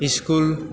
school